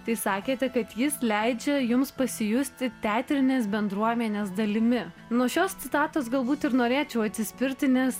tai sakėte kad jis leidžia jums pasijusti teatrinės bendruomenės dalimi nuo šios citatos galbūt ir norėčiau atsispirti nes